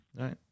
right